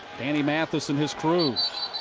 danny mathis and his crew.